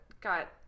got